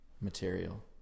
material